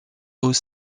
haut